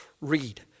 read